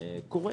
קורה.